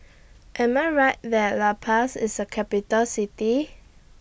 Am I Right that La Paz IS A Capital City